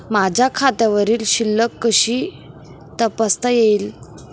माझ्या खात्यावरील शिल्लक कशी तपासता येईल?